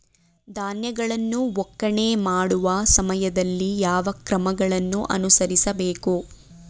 ಧಾನ್ಯಗಳನ್ನು ಒಕ್ಕಣೆ ಮಾಡುವ ಸಮಯದಲ್ಲಿ ಯಾವ ಕ್ರಮಗಳನ್ನು ಅನುಸರಿಸಬೇಕು?